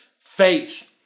Faith